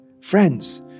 Friends